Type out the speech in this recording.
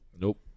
Nope